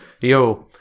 Yo